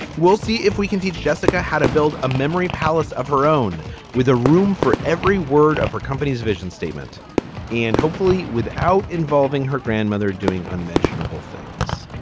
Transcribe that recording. we'll see if we can teach jessica how to build a memory palace of her own with a room for every word of her company's vision statement and hopefully without involving her grandmother doing unmentionable things.